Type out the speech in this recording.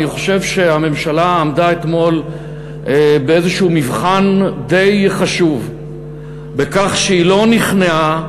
אני חושב שהממשלה עמדה אתמול באיזשהו מבחן די חשוב בכך שהיא לא נכנעה,